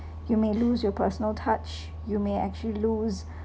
you may lose your personal touch you may actually lose